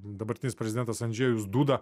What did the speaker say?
dabartinis prezidentas andžejus duda